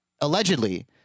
allegedly